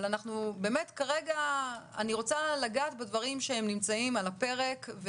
אבל באמת כרגע אני רוצה לגעת בדברים שנמצאים על הפרק.